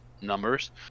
numbers